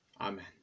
Amen